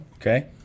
Okay